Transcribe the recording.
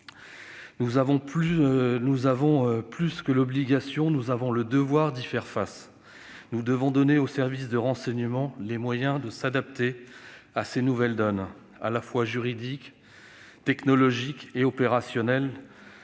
Plus que l'obligation, nous avons le devoir d'y faire face. Nous devons donner aux services de renseignement les moyens de s'adapter à une nouvelle donne à la fois juridique, technologique et opérationnelle.